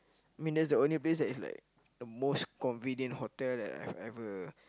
I mean that's the only place is like the most convenient hotel that I have ever